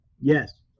Yes